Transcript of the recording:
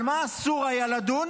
על מה אסור היה לדון?